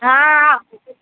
ہاں